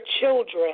children